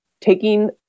taking